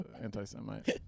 anti-Semite